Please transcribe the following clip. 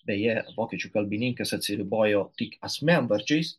beje vokiečių kalbininkas atsiribojo tik asmenvardžiais